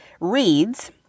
reads